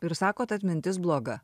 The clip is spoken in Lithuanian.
ir sakot atmintis bloga